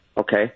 okay